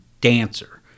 dancer